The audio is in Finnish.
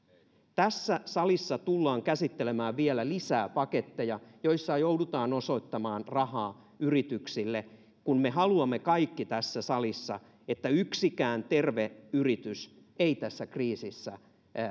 tässä salissa tullaan käsittelemään vielä lisää paketteja joissa joudutaan osoittamaan rahaa yrityksille kun me haluamme kaikki tässä salissa että yksikään terve yritys ei tässä kriisissä